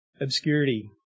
obscurity